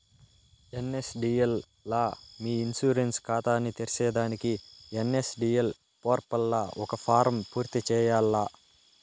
NSDL లా మీ insurance కాతాని తెర్సేదానికి ఎన్.ఎస్.డి.ఎల్ పోర్పల్ల ఒక ఫారం పూర్తి చేయాల్ల